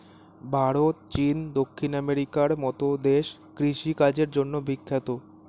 ভারত, চীন, দক্ষিণ আমেরিকার মতো দেশ কৃষি কাজের জন্যে বিখ্যাত